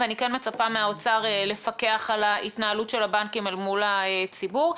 ואני כן מצפה מהאוצר לפקח על ההתנהלות של הבנקים אל מול הציבור.